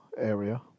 area